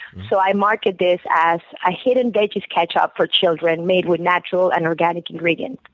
so i market this as a hidden veggies ketchup for children made with natural and organic ingredients.